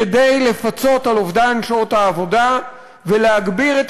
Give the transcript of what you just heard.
כדי לפצות על אובדן שעות העבודה ולהגביר את